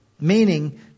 meaning